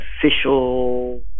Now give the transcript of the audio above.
official